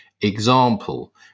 example